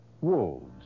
wolves